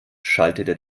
schaltete